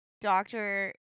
Doctor